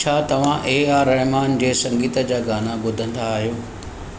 छा तव्हां ए आर रहमान जे संगीत जा गाना ॿुधंदा आहियो